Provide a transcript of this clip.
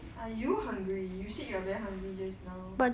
are you hungry you said you are very hungry just now